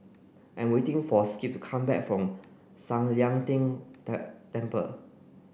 I'm waiting for Skip to come back from San Lian Deng Temple